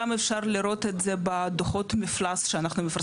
גם אפשר לראות את זה בדוחות מפלס שאנחנו מפרסמים.